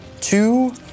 two